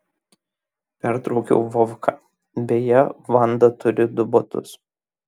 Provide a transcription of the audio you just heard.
pertraukiau vovką beje vanda turi du butus